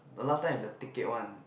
the last time is the ticket one